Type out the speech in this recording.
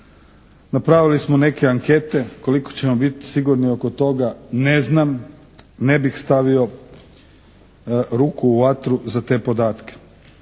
napravili smo neke ankete, koliko ćemo biti sigurni oko toga ne znam, ne bih stavio ruku u vatru za te podatke.